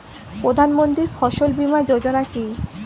প্রধানমন্ত্রী ফসল বীমা যোজনা কি?